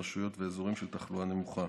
ברשויות ובאזורים של תחלואה נמוכה